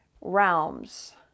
realms